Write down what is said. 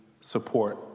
support